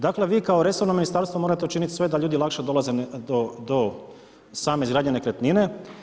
Dakle vi kao resorno ministarstvo morate učiniti sve da ljudi lakše dolaze do same izgradnje nekretnine.